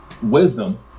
Wisdom